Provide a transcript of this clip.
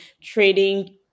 trading